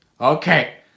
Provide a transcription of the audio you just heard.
Okay